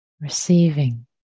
Receiving